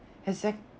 exact~